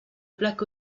plaques